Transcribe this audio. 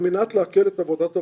על מנת להקל את עבודת הוועדה,